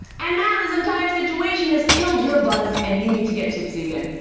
and now this entire situation has killed your buzz, and you need to get tipsy again.